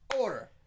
order